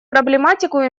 проблематику